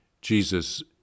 Jesus